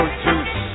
juice